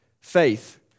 Faith